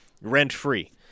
rent-free